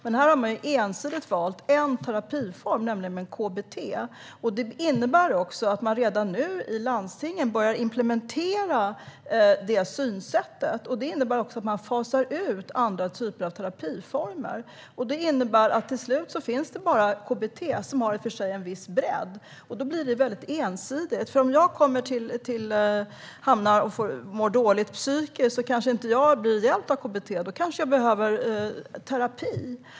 Men här har man ensidigt valt en terapiform, nämligen KBT. Det innebär att man redan nu i landstingen har börjat implementera det synsättet. Det innebär också att man fasar ut andra typer av terapiformer. Till slut finns det bara KBT, som i och för sig har en viss bredd, kvar. Då blir det väldigt ensidigt. Om jag mår dåligt psykiskt kanske jag inte blir hjälpt av KBT. Då kan jag behöva terapi.